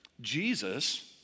Jesus